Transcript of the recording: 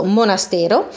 monastero